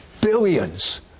billions